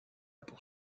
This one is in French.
pour